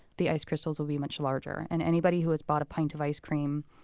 the ice crystals will be much larger. and anybody who has bought a pint of ice cream,